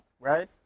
right